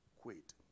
quit